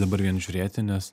dabar vien žiūrėti nes